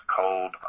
cold